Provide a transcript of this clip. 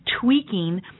tweaking